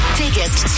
biggest